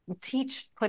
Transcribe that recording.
teach